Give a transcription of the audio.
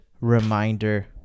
reminder